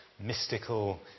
mystical